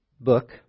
book